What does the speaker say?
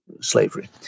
slavery